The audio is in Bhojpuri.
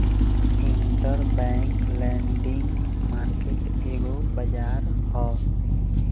इंटरबैंक लैंडिंग मार्केट एगो बाजार ह